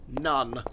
None